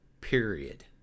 Period